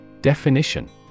Definition